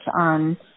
on